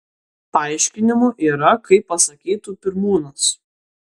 paaiškinimų yra kaip pasakytų pirmūnas